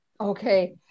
Okay